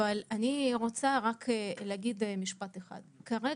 אני רק רוצה להגיד משפט אחד: זה לא נכון,